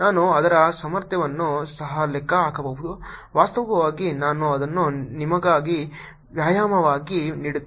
ನಾನು ಅದರ ಸಾಮರ್ಥ್ಯವನ್ನು ಸಹ ಲೆಕ್ಕ ಹಾಕಬಹುದು ವಾಸ್ತವವಾಗಿ ನಾನು ಅದನ್ನು ನಿಮಗಾಗಿ ವ್ಯಾಯಾಮವಾಗಿ ಬಿಡುತ್ತೇನೆ